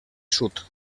sud